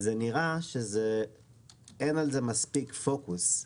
זה נראה שאין על זה מספיק פוקוס,